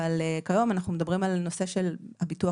אבל כיום אנחנו מדברים על נושא של הביטוח